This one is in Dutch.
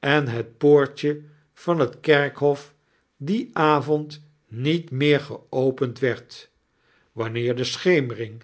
en het poortje van het kerkhof dien avond niet meer geopend werd wanneer de sohemering